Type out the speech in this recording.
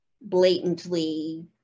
blatantly